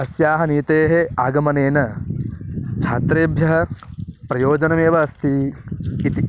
अस्याः नीतेः आगमनेन छात्रेभ्यः प्रयोजनमेव अस्ति इति